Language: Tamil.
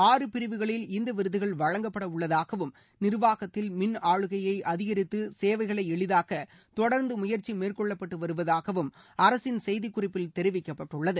ஆறு பிரிவுகளில் இந்த விருதுகள் வழங்கப்படவுள்ளதாகவும் நிர்வாகத்தில் மின் ஆளுகையை அதிகரித்து சேவைகளை எளிதாக்க தொடர்ந்து முயற்சி மேற்கொள்ளப்பட்டு வருவதாகவும் அரசின் செய்திக்குறிப்பில் தெரிவிக்கப்பட்டுள்ளது